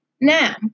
Now